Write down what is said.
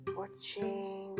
watching